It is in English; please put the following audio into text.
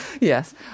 Yes